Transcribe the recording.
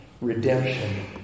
redemption